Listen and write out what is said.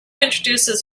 introduces